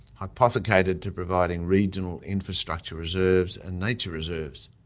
hypothecated to providing regional infrastructure reserves and nature reserves.